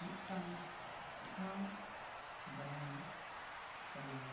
ᱢᱤᱫᱴᱟᱝ ᱴᱷᱟᱶ ᱫᱟᱬᱟᱱ ᱞᱮ ᱪᱟᱞᱟᱣ ᱞᱮᱱᱟ